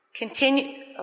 continue